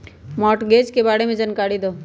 Mortgage के बारे में जानकारी देहु?